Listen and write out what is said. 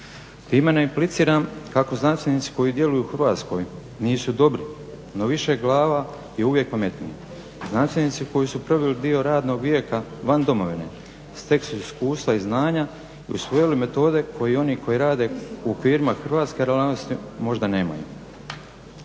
Time ne apliciram kako znanstvenici koji djeluju u Hrvatskoj nisu dobri, no više glava je uvijek pametnije. Znanstvenici koji su proveli dio radnog vijeka van domovine, stekli su iskustva i znanja te usvojili metode kao i oni koji rade u firmama hrvatske … možda nemaju.